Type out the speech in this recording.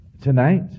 tonight